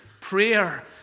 prayer